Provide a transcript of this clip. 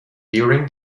during